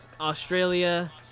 Australia